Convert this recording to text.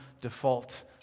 default